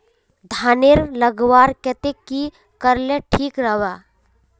धानेर लगवार केते की करले ठीक राब?